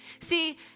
See